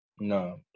No